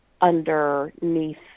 underneath